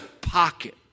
pocket